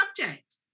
subject